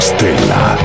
Stella